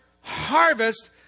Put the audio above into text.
harvest